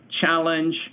challenge